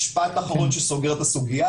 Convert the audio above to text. משפט אחרון שסוגר את הסוגיה.